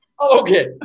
Okay